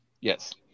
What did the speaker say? Yes